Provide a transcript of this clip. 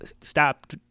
stop